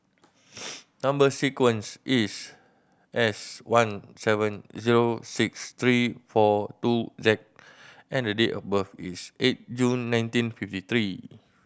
number sequence is S one seven zero six three four two Z and date of birth is eight June nineteen fifty three